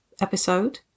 episode